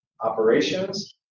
operations